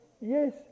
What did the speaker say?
yes